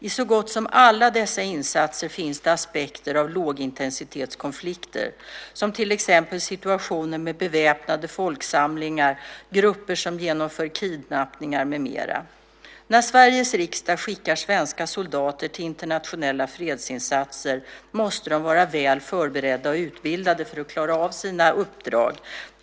I så gott som alla dessa insatser finns det aspekter av lågintensitetskonflikter, som till exempel situationer med beväpnade folksamlingar, grupper som genomför kidnappningar med mera. När Sveriges riksdag skickar svenska soldater till internationella fredsinsatser måste de vara väl förberedda och utbildade för att klara av sina uppdrag.